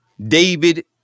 David